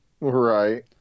Right